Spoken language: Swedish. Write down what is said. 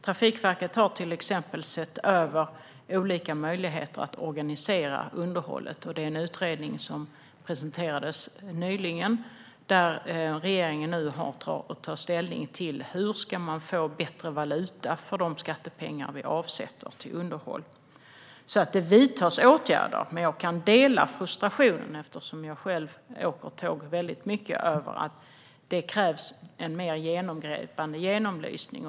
Trafikverket har i en utredning som presenterades nyligen sett över olika möjligheter att organisera underhållet. Regeringen har nu att ta ställning till hur vi ska få bättre valuta för de skattepengar vi avsätter för underhåll. Det vidtas alltså åtgärder. Men jag kan dela frustrationen, eftersom jag själv åker tåg väldigt mycket, för det krävs en mer genomgripande genomlysning.